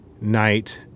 night